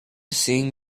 seeing